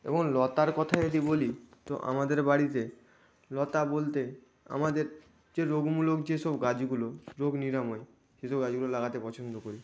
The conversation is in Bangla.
এবং লতার কথা যদি বলি তো আমাদের বাড়িতে লতা বলতে আমাদের যে রোগমূলক যেসব গাছগুলো রোগ নিরাময় সেসব গাছগুলো লাগাতে পছন্দ করি